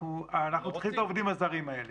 אנחנו צריכים את העובדים הזרים האלה.